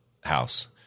house